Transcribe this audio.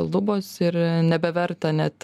lubos ir nebeverta net